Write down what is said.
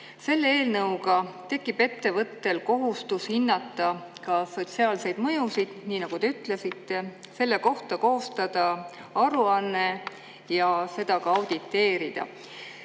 Selle eelnõuga tekib ettevõttel kohustus hinnata ka sotsiaalseid mõjusid, nii nagu te ütlesite, et selle kohta tuleb koostada aruanne ja seda ka auditeerida.